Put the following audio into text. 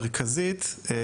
וכרגע הוא בתהליכי איוש.